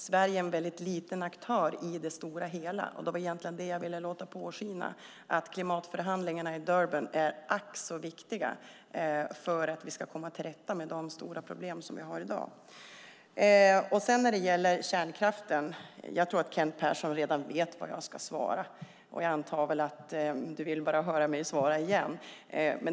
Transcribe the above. Sverige är en mycket liten aktör i det stora hela. Jag ville peka på att klimatförhandlingarna i Durban är ack så viktiga för att vi ska komma till rätta med de stora problem vi har i dag. När det gäller kärnkraften tror jag att Kent Persson redan vet vad jag ska svara. Jag förmodar att han bara vill höra mig säga det igen.